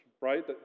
right